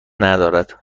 ندارد